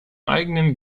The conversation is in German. eigenen